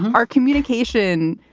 our communication,